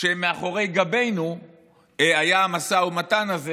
שבו מאחורי גבנו היה המשא ומתן הזה,